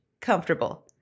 comfortable